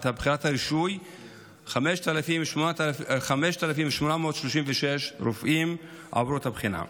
את בחינת הרישוי, 5,836 רופאים, עברו את הבחינה.